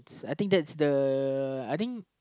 I think that's the I think